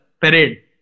parade